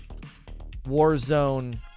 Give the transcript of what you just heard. Warzone